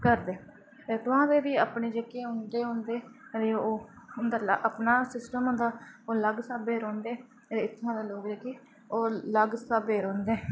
करदे अते तोआह्ं दे भी जेह्के उं'दे होंदे उं'दा अपना सिस्टम होंदा ओह् लग स्हाबै दे रौंह्दे अते इत्थुआं दे लोग जेह्के ओह् लग्ग स्हाबै रौंह्दे